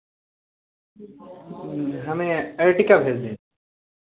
हमें आर्टिका भेज दें